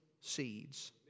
seeds